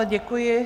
Děkuji.